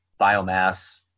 biomass